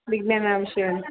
ವಿಜ್ಞಾನ ವಿಷಯ